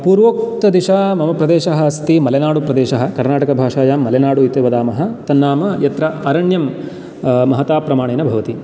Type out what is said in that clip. पूर्वोक्तदिशा मम प्रदेशः अस्ति मलेनाडुप्रदेशः कर्णाटकभाषायां मलेनाडु इति वदामः तन्नाम यत्र अरण्यं महता प्रमाणेन भवति